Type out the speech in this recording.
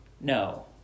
no